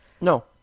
No